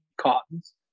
cottons